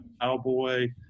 cowboy